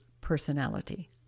personality